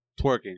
twerking